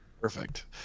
Perfect